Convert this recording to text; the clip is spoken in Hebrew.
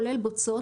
כולל בוצות,